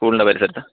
സ്കൂളിൻ്റെ പരിസരത്ത്